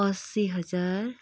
असी हजार